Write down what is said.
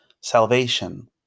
salvation